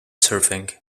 surfing